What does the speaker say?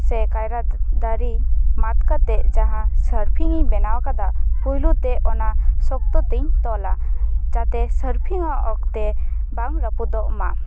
ᱥᱮ ᱠᱟᱭᱨᱟ ᱫᱟᱨᱮ ᱢᱟᱯ ᱠᱟᱛᱮᱫ ᱡᱟᱦᱟᱸ ᱥᱟᱨᱯᱷᱤᱝ ᱤᱧ ᱵᱮᱱᱟᱣ ᱟᱠᱟᱫᱟ ᱯᱳᱭᱞᱳᱛᱮ ᱚᱱᱟ ᱥᱚᱠᱛᱚ ᱛᱮᱧ ᱛᱚᱞᱟ ᱡᱟᱛᱮ ᱥᱟᱨᱯᱷᱤᱝᱚᱜ ᱚᱠᱛᱮ ᱵᱟᱝ ᱨᱟᱯᱩᱫᱚᱜ ᱢᱟᱫ